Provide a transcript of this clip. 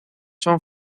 son